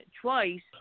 twice